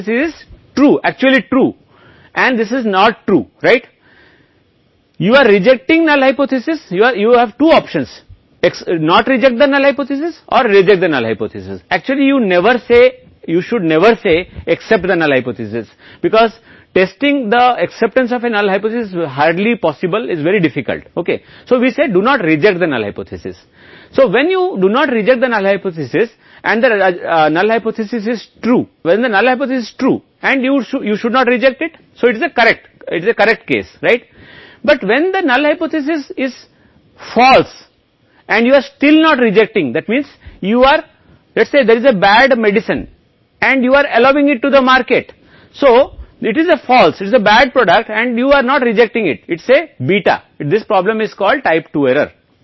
तो यह एक गलत है कि यह खराब उत्पाद है और आप इसे अस्वीकार नहीं कर रहे हैं यदि इस समस्या को टाइप 2 त्रुटि कहा जाता है और दूसरी ओर यदि आप अशक्त हैं परिकल्पना सच है लेकिन आप इसे अस्वीकार कर रहे हैं कार के निर्माता अगर कार अच्छी है लेकिन वह अस्वीकार कर रहा है तो यह निर्माताओं की समस्या है इसलिए क्या यह निर्माता की समस्या है अगर यह आपको होना चाहिए आपको लगता है कि यह उपभोक्ता समस्या है इसे उपभोक्ता की दुविधा कहा जाता है क्योंकि आप बाजार में खराब उत्पाद की अनुमति दे रहे हैं